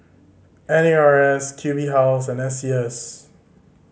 N A R S Q B House and S C S